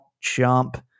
jump